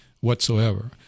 whatsoever